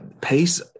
pace